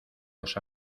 los